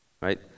Right